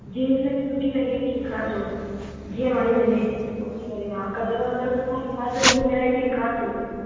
jeans में बि सुठी वैराइटी ॾेखारिजो जीअं वणीं वञे ॾिसी करे कलर वलर सुठा ॾेखारिजो न्यू वैराइटी ॾेखारिजो